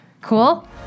Cool